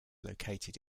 located